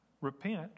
repent